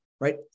right